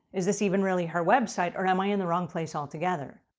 is this even really her website or am i in the wrong place altogether?